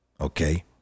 okay